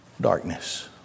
darkness